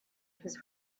his